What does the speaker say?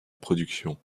production